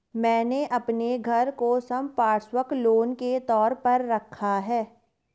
मैंने अपने घर को संपार्श्विक लोन के तौर पर रखा है